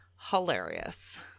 hilarious